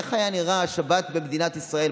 איך הייתה נראית השבת במדינת ישראל,